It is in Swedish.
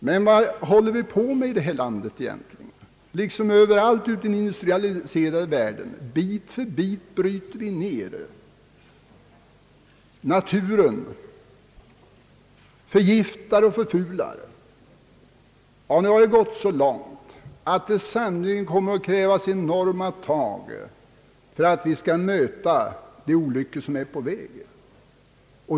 Men vad håller vi på med i det här landet egentligen? Överallt i den industrialiserade världen bryter vi ner naturen bit för bit, förgiftar och förfular. Nu har det gått så långt att det sannerligen kommer att krävas enorma tag för att möta de olyckor som är på väg.